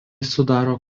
sudaro